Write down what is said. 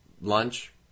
lunch